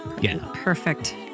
Perfect